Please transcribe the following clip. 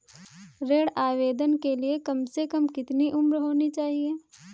ऋण आवेदन के लिए कम से कम कितनी उम्र होनी चाहिए?